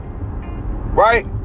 Right